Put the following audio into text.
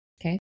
Okay